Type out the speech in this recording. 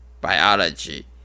biology